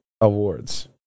Awards